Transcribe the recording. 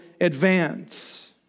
advance